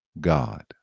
God